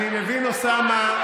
אוסאמה,